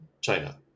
China